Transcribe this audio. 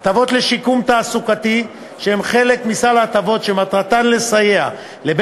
הטבות לשיקום תעסוקתי שהן חלק מסל ההטבות שמטרתן לסייע לבן